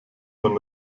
von